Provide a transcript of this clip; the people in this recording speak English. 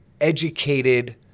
educated